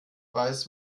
weiß